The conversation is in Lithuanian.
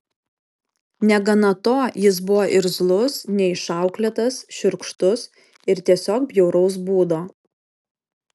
negana to jis buvo irzlus neišauklėtas šiurkštus ir tiesiog bjauraus būdo